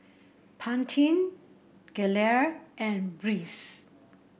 Pantene Gelare and Breeze